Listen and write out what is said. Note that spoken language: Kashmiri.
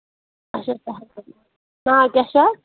اچھا ناو کیٛاہ چھِ اَتھ